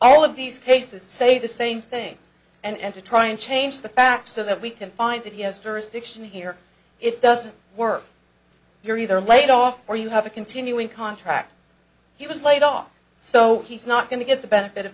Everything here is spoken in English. all of these cases say the same thing and to try and change the facts so that we can find that he has jurisdiction here it doesn't work you're either laid off or you have a continuing contract he was laid off so he's not going to get the benefit of